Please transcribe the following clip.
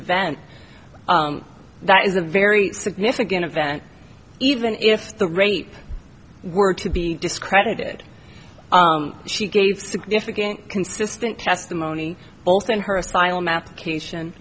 events that is a very significant event even if the rape were to be discredited she gave significant consistent testimony both in her asylum application